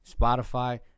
Spotify